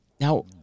Now